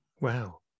Wow